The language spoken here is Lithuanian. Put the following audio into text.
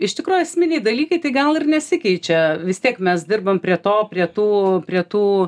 iš tikrųjų esminiai dalykai tai gal ir nesikeičia vis tiek mes dirbam prie to prie tų prie tų